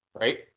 right